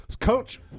coach